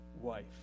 wife